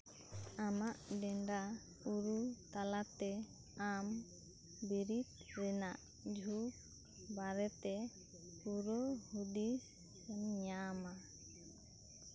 ᱟᱢᱟᱜ ᱱᱮᱰᱟ ᱩᱨᱩ ᱛᱟᱞᱟᱛᱮ ᱟᱢ ᱵᱤᱨᱤᱫ ᱨᱮᱱᱟᱜ ᱡᱷᱩ ᱵᱟᱨᱮᱛᱮ ᱯᱩᱨᱟᱹ ᱦᱩᱫᱤᱥ ᱤᱧ ᱧᱟᱢᱟ